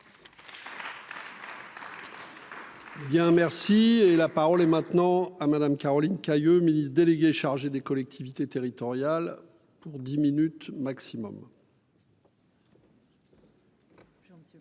merci, et la parole est maintenant à Madame Caroline Cayeux, ministre déléguée chargée des collectivités territoriales pour dix minutes maximum.